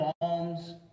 alms